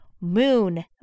Moon